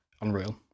Unreal